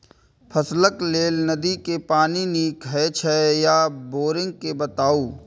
फसलक लेल नदी के पानी नीक हे छै या बोरिंग के बताऊ?